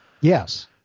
Yes